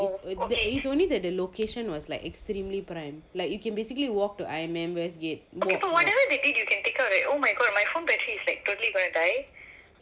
it is only that the location was like extremely prime like you can basically walked to I_M_M westgate